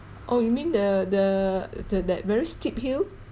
oh you mean the the the that very steep hill